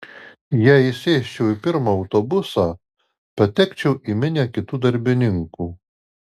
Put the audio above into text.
jei įsėsčiau į pirmą autobusą patekčiau į minią kitų darbininkų